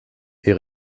est